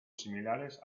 similares